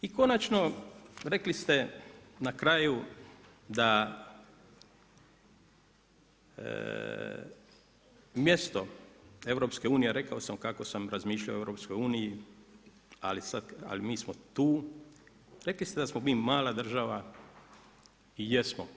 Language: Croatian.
I konačno, rekli ste na kraju, da mjesto EU, a rekao, sam kako sam razmišljao o EU, ali mi smo tu, rekli ste da smo mi mala država i jesmo.